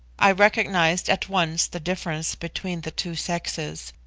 i recognised at once the difference between the two sexes,